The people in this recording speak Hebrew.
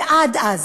ועד אז,